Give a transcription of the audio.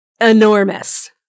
enormous